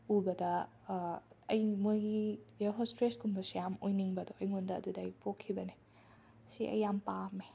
ꯎꯕꯗ ꯑꯩ ꯃꯣꯏꯒꯤ ꯑ꯭ꯌꯔ ꯍꯣꯁꯇ꯭ꯔꯦꯁꯀꯨꯝꯕꯁꯦ ꯌꯥꯝꯅ ꯑꯣꯏꯅꯤꯡꯕꯗꯣ ꯑꯩꯉꯣꯟꯗ ꯑꯗꯨꯗꯒꯤ ꯄꯣꯛꯈꯤꯕꯅꯦ ꯁꯤ ꯑꯩ ꯌꯥꯝꯅ ꯄꯥꯝꯃꯦ